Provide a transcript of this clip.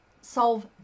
solve